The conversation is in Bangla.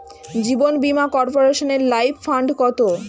জীবন বীমা কর্পোরেশনের লাইফ ফান্ড কত?